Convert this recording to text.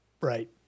Right